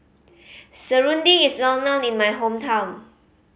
serunding is well known in my hometown